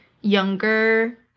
younger